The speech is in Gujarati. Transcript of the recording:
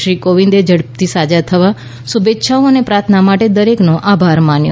શ્રી કોવિંદે ઝડપથી સાજા થવા શુભેચ્છાઓ અને પ્રાર્થના માટે દરેકનો આભાર માન્યો